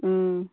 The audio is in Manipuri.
ꯎꯝ